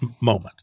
moment